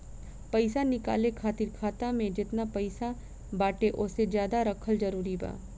पईसा निकाले खातिर खाता मे जेतना पईसा बाटे ओसे ज्यादा रखल जरूरी बा?